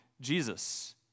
Jesus